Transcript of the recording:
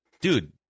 Dude